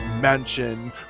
Mansion